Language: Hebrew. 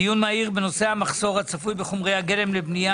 דיון מהיר בנושא: המחסור הצפוי בחומרי הגלם לבנייה